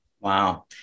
Wow